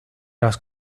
las